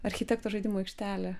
architekto žaidimų aikštelė